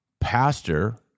pastor